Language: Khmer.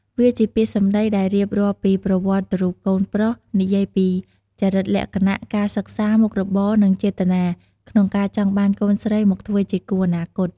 វាជាពាក្យសម្ដីដែលរៀបរាប់ពី ប្រវត្តិរូបកូនប្រុស និយាយពី ចរិតលក្ខណៈ ការសិក្សា មុខរបរ និង ចេតនា ក្នុងការចង់បានកូនស្រីមកធ្វើជាគូអនាគត។